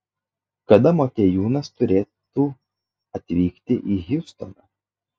kada motiejūnas turėti atvykti į hjustoną